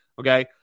Okay